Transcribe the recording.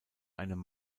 einem